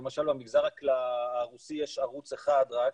למשל במגזר הרוסי יש ערוץ אחד רק,